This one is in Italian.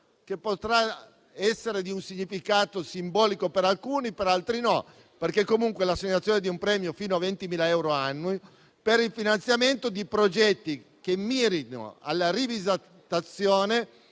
che potrà essere di un significato simbolico per alcuni, ma per altri no. Si tratta infatti dell'assegnazione di un premio fino a 20.000 euro annui per il finanziamento di progetti che mirino alla rivisitazione